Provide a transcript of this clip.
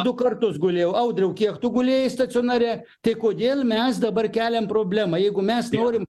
du kartus gulėjau audriau kiek tu gulėjai stacionare tai kodėl mes dabar keliam problemą jeigu mes norim